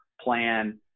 plan